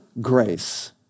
grace